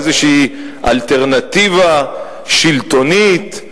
איזו אלטרנטיבה שלטונית.